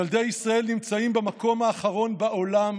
ילדי ישראל נמצאים במקום האחרון בעולם